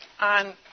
on